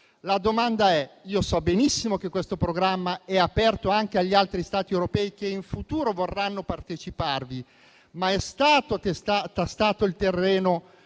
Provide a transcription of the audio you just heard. la seguente: io so benissimo che questo programma è aperto anche agli altri Stati europei che in futuro vorranno parteciparvi, ma è stato tastato il terreno